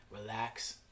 relax